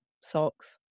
socks